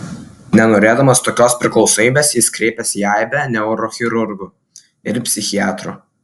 nenorėdamas tokios priklausomybės jis kreipėsi į aibę neurochirurgų ir psichiatrų